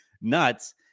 nuts